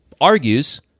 argues